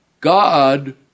God